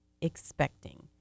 expecting